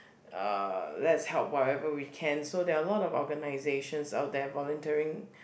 uh let's help whatever we can so there are a lot organisations out there volunteering